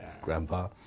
grandpa